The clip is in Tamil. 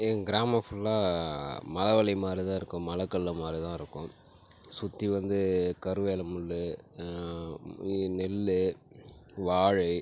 எங்கள் கிராமம் ஃபுல்லாக மர வழி மாதிரி தான் இருக்கும் மலைக்கல்லு மாதிரி தான் இருக்கும் சுற்றி வந்து கருவேல முள் இது நெல் வாழை